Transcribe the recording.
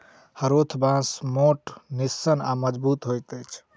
हरोथ बाँस मोट, निस्सन आ मजगुत होइत अछि